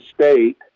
state